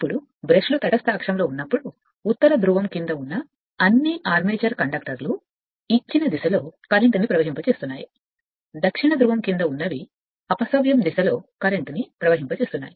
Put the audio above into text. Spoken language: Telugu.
ఇప్పుడు బ్రష్లు తటస్థ అక్షంలో ఉన్నప్పుడు ఉత్తర ధ్రువం క్రింద ఉన్న అన్ని ఆర్మేచర్ కండక్టర్లు ఇచ్చిన దిశలో ప్రవాహాలను మోసుకెళ్ళేటప్పుడు దక్షిణ ధ్రువం క్రింద ఉన్నవి అపసవ్యం దిశలో కరెంట్ట్లను ప్రవహిస్తున్నాయి